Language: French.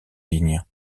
ligne